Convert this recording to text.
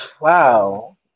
Wow